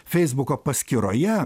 feisbuko paskyroje